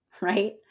right